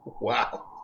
Wow